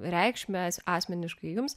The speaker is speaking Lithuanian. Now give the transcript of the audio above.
reikšmę asmeniškai jums